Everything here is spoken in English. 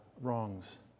wrongs